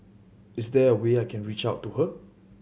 is there a way I can reach out to her